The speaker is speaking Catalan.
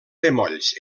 bemolls